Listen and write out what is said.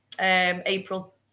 April